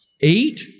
eight